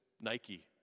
Nike